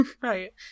Right